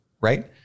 Right